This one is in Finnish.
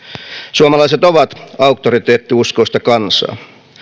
suomalaiset ovat auktoriteettiuskoista kansaa